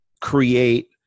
create